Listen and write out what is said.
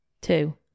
Two